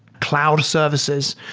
cloud services,